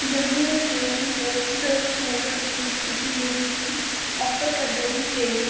जम्मू बिच्च जेह्ड़े न बोह्त गै जैदा स्कूल और इंस्टीट्यूशन जेह्ड़े कि आफर करदे न ट्रेनिंग